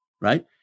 right